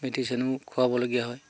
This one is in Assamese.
মেডিচিনো খুৱাবলগীয়া হয়